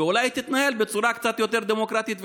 ואולי היא תתנהל בצורה קצת יותר דמוקרטית וטובה.